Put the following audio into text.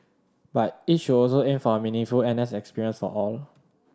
but it should also aim for a meaningful N S experience for all